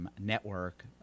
network